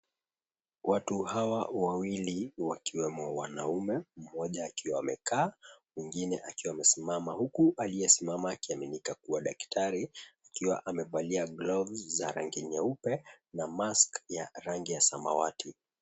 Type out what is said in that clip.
Watu hawa wawili wakiwemo wanaume, mmoja akiwa amekaa mwingine akiwa amesimama. Juku aliyesimama akiaminika kuwa daktari akiwa amevalia gloves za rangi nyeupe na mask ya rangi ya samawati.